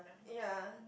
ya